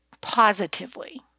positively